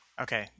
Okay